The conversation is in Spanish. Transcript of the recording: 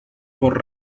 por